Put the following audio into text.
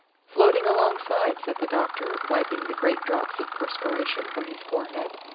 floating alongside, said the doctor, wiping the great drops of perspiration from his forehead.